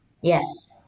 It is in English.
Yes